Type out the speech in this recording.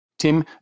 Tim